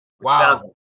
wow